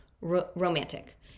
romantic